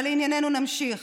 אבל נמשיך